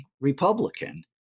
Republican